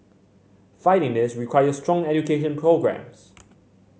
fighting this requires strong education programmes